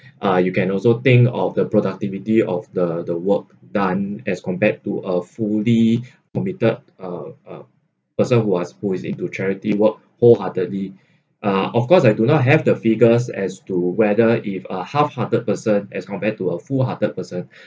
uh you can also think of the productivity of the the work done as compared to a fully permitted uh uh person who was who is into charity work wholeheartedly uh of course I do not have the figures as to whether if a half hearted person as compared to a full hearted person